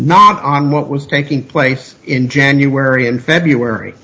not on what was taking place in january and february